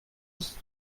ist